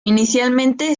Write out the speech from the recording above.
inicialmente